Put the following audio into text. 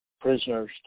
prisoners